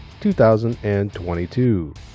2022